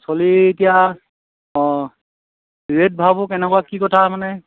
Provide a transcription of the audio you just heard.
পাচলি এতিয়া অঁ ৰেট ভাও কেনেকুৱা কি কথা মানে